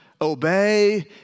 obey